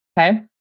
okay